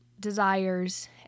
desires